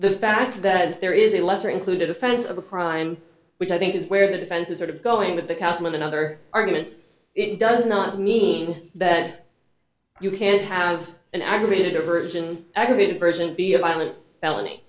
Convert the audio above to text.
the fact that there is a lesser included offense of a crime which i think is where the defense is sort of going with the castle and other arguments it does not mean that you can't have an aggravated version aggravated version be a violent felony